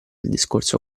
discorso